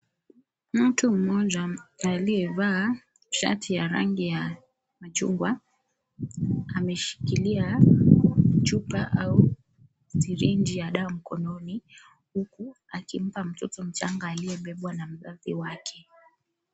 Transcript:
Mtu mmoja aliyevaa shati ya rangi ya machungwa, ameshikilia chupa au sirinji ya dawa mkononi, huku akimpa mtoto mchanga aliyebebwa na mzazi wake.